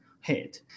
head